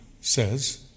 says